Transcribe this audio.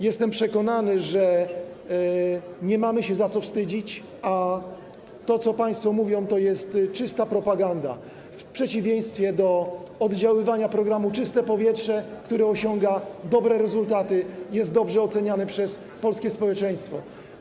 Jestem przekonany, że nie mamy się czego wstydzić, a to, co państwo mówią, jest czystą propagandą, w przeciwieństwie do realizacji programu „Czyste powietrze”, która osiąga dobre rezultaty, jest dobrze oceniana przez polskie społeczeństwo.